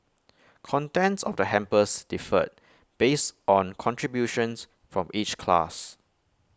contents of the hampers differed based on contributions from each class